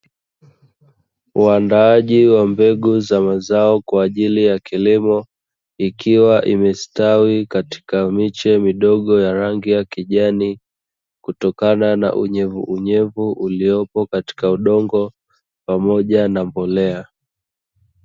Waandaaji wa mbegu za mazao kwa ajili ya kilimo, ikiwa imestawi katika miche midogo ya rangi ya kijani kutokana na unyenyekevu unyevunyevu uliopo katika udongo pamoja na mbolea.